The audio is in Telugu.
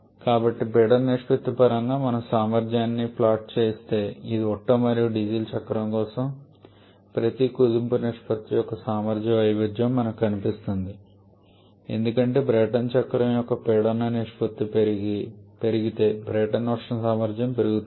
కాబట్టి పీడన నిష్పత్తి పరంగా మనము సామర్థ్యాన్ని ప్లాట్ చేస్తే ఇది ఒట్టో మరియు డీజిల్ చక్రం కోసం ప్రతి కుదింపు నిష్పత్తి యొక్క సామర్థ్య వైవిధ్యంగా మనకు కనిపిస్తుంది ఎందుకంటే బ్రైటన్ చక్రం యొక్క పీడన నిష్పత్తి పెరిగితే బ్రైటన్ ఉష్ణ సామర్థ్యం పెరుగుతుంది